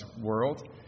world